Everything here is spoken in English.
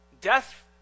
Death